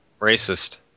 Racist